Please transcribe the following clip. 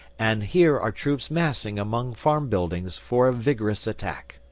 and here are troops massing among farm buildings for a vigorous attack.